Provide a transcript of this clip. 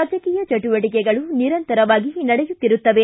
ರಾಜಕೀಯ ಚಟುವಟಕೆಗಳು ನಿರಂತರವಾಗಿ ನಡೆಯುತ್ತಿರುತ್ತವೆ